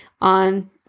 on